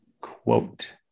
quote